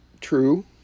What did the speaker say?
true